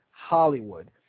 Hollywood